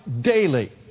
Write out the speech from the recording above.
daily